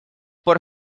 por